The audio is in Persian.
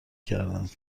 کردند